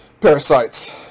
parasites